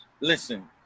Listen